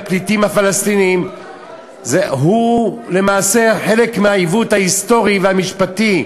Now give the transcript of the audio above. בפליטים הפלסטינים היא למעשה חלק מהעיוות ההיסטורי והמשפטי,